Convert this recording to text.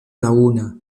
laguna